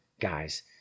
guys